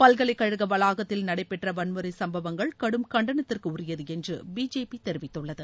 பல்கலைக்கழக வளாகத்தில் நடைபெற்ற வன்முறை சம்பவங்கள் கடும் கண்டனத்திற்கு உரியது என்று பிஜேபி தெரிவித்துள்ளது